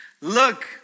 Look